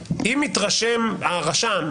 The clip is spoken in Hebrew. שאם מתרשם הרשם,